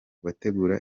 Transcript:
bategura